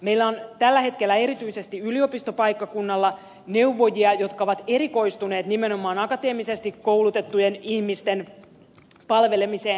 meillä on tällä hetkellä erityisesti yliopistopaikkakunnilla neuvojia jotka ovat erikoistuneet nimenomaan akateemisesti koulutettujen ihmisten palvelemiseen